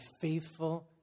faithful